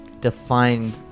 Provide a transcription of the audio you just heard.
defined